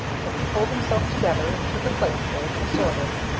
but he pulled himself together and took a plateful, assorted.